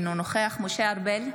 אינו נוכח משה ארבל,